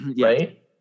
right